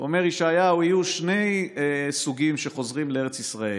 אומר ישעיהו: יהיו שני סוגים שחוזרים לארץ ישראל,